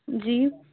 جی